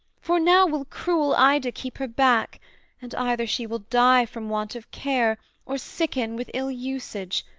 for now will cruel ida keep her back and either she will die from want of care or sicken with ill-usage,